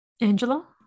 Angela